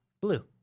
blue